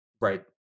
Right